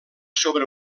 sobre